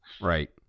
Right